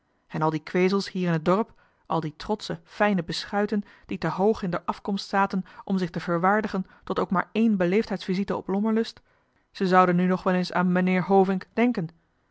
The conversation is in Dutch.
deftige dorp die kwezels hier in het dorp al die trotsche fijne beschuiten die te hoog in d'er afkomst zaten om zich te verwaardigen tot ook maar één beleefdheids-visite op lommerlust ze zouden nu nog wel eens aan maineer hôvink denken